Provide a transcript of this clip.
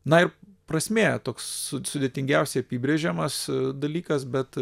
na ir prasmė toks su sudėtingiausiai apibrėžiamas dalykas bet